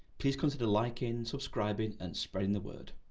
please consider liking, subscribing and spreading the word.